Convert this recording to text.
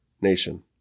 nation